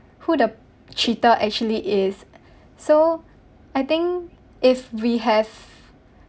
who the cheater actually is so I think if we have